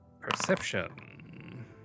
Perception